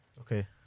Okay